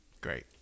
Great